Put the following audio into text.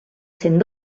cent